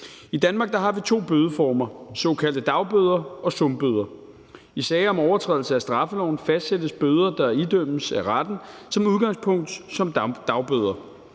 I Danmark har vi to bødeformer: de såkaldte dagbøder og sumbøder. I sager om overtrædelse af straffeloven fastsættes bøder, der idømmes af retten, som udgangspunkt som dagbøder.